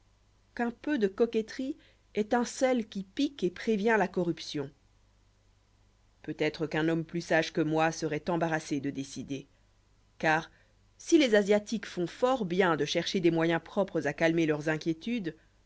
qu'un peu de coquetterie est un sel qui pique et prévient la corruption peut-être qu'un homme plus sage que moi seroit embarrassé de décider car si les asiatiques font fort bien de chercher des moyens propres à calmer leurs inquiétudes